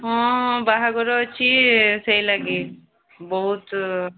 ହଁ ହଁ ବାହାଘର ଅଛି ସେଇଲାଗି ବହୁତ